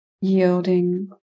yielding